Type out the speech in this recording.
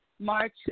March